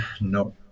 No